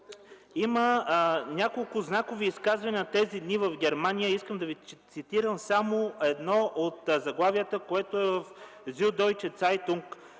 има няколко знакови изказвания тези дни в Германия. Искам да Ви цитирам само едно от заглавията, което е във вестник „Зюддойче